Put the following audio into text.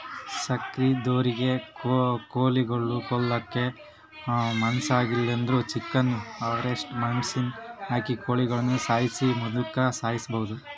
ಸಾಕಿದೊರಿಗೆ ಕೋಳಿಗುಳ್ನ ಕೊಲ್ಲಕ ಮನಸಾಗ್ಲಿಲ್ಲುದ್ರ ಚಿಕನ್ ಹಾರ್ವೆಸ್ಟ್ರ್ ಮಷಿನಿಗೆ ಹಾಕಿ ಕೋಳಿಗುಳ್ನ ಸಾಯ್ಸಿ ಮುಂದುಕ ಸಾಗಿಸಬೊದು